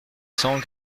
cents